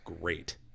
great